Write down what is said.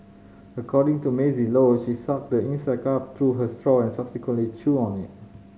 according to Maisie Low she sucked the insect up through her straw and subsequently chewed on it